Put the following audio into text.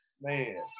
Man